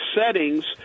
settings